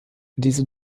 diese